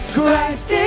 Christ